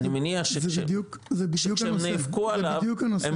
אני מניח שהם נאבקו עליו,